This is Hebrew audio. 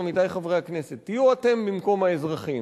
עמיתי חברי הכנסת: תהיו אתם במקום האזרחים.